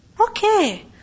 Okay